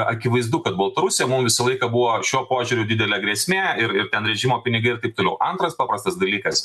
akivaizdu kad baltarusija mum visą laiką buvo šiuo požiūriu didelė grėsmė ir ten režimo pinigaiir taip toliau antras paprastas dalykas